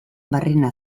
barrena